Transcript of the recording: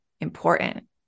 important